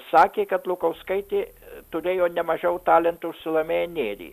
sakė kad lukauskaitė turėjo nemažiau talento už salomėją nėrį